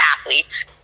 athletes